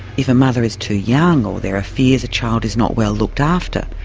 if a mother is too young, or there are fears a child is not well looked after,